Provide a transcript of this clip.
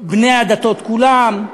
בני הדתות כולם,